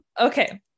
Okay